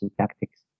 tactics